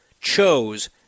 chose